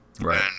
Right